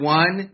one